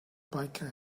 biker